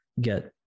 get